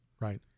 right